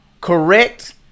correct